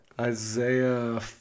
Isaiah